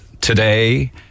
today